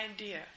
idea